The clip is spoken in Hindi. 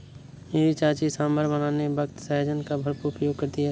मेरी चाची सांभर बनाने वक्त सहजन का भरपूर प्रयोग करती है